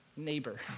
neighbor